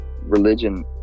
religion